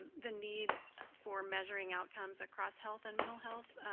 the need for measuring outcomes across health and mental health.